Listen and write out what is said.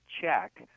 check